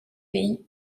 pays